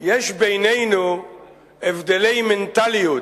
יש בינינו הבדלי מנטליות,